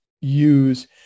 use